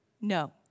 no